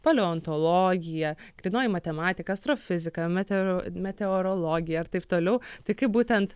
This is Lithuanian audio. paleontologija grynoji matematika astrofizika meteoro meteorologija ir taip toliau tai kaip būtent